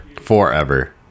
forever